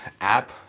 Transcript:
app